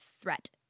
threat